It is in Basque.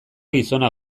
gizona